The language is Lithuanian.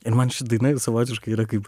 ir man ši daina savotiškai yra kaip